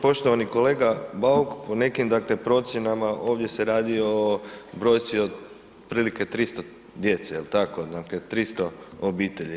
Poštovani kolega Bauk po nekim dakle procjenama dakle ovdje se radi o brojci od prilike 300 djece jel tako, dakle 300 obitelji.